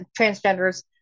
transgenders